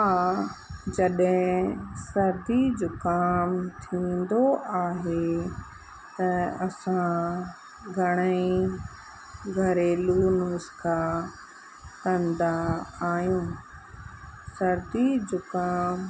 हा जॾहिं सर्दी ज़ुकामु थींदो आहे त असां घणेई घरेलू नुस्का कंदा आहियूं सर्दी ज़ुकामु